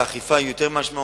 והאכיפה היא יותר משמעותית.